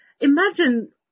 Imagine